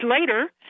later